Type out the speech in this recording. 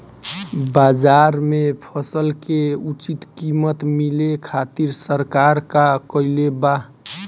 बाजार में फसल के उचित कीमत मिले खातिर सरकार का कईले बाऽ?